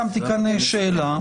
פה שאלה.